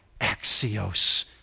axios